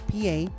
PA